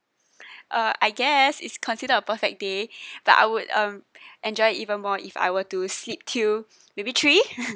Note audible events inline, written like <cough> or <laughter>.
uh I guess is considered a perfect day <breath> but I would um enjoy even more if I were to sleep till maybe three <laughs>